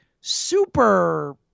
super